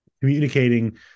communicating